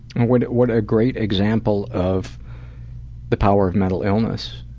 what what a great example of the power of mental illness.